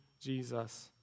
jesus